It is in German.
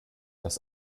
das